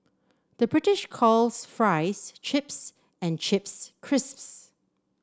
the British calls fries chips and chips crisps